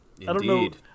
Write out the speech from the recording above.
Indeed